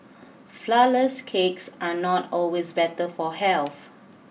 flourless cakes are not always better for health